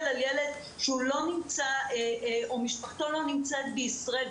ילד שלא נמצא או שמשפחתו לא נמצאת בישראל.